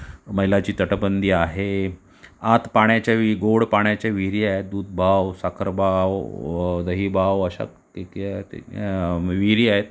मैलाची तटबंदी आहे आत पाण्याच्या वि गोड पाण्याच्या विहिरी आहेत दुधबाव साखरबाव दहीबाव अशा तिके ती विहिरी आहेत